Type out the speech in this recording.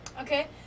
Okay